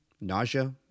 nausea